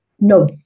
no